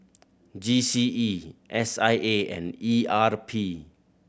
G C E S I A and E R P